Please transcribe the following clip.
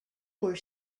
were